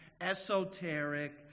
esoteric